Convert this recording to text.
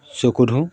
চকু ধু